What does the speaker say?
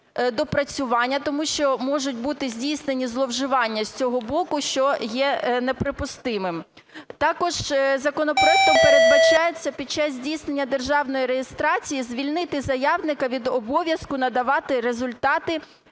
доопрацювання, тому що можуть бути здійснені зловживання з цього боку, що є неприпустимим. Також законопроектом передбачається під час здійснення державної реєстрації звільнити заявника від обов'язку надавати результати